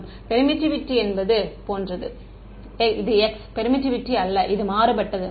மாணவர் பெர்மிட்டிவிட்டி என்பது போன்றது இது x பெர்மிட்டிவிட்டி அல்ல இது மாறுபட்டது